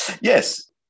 Yes